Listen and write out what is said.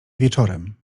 wieczorem